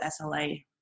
SLA